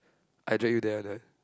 I drag you there then